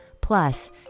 plus